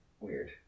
Weird